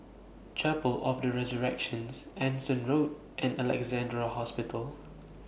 Chapel of The Resurrections Anson Road and Alexandra Hospital